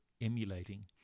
emulating